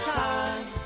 time